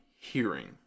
hearing